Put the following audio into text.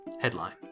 Headline